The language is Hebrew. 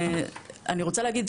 אני רוצה להגיד,